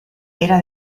era